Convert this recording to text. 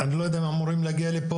אני לא יודע אם הם אמורים להגיע לפה,